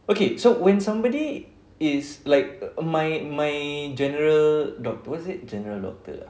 okay so when somebody is like my my general doc~ what's it general doctor ah